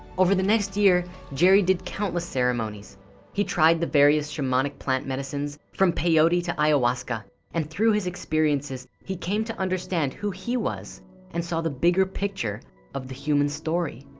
over the next year jerry did countless ceremonies he tried the various shamanic plant medicines from peyote to ayahuasca and through his experiences he came to understand who he was and saw the bigger picture of the human story